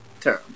term